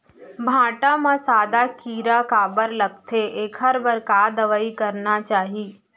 भांटा म सादा कीरा काबर लगथे एखर बर का दवई करना चाही?